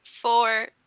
four